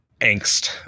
angst